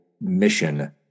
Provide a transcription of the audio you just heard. mission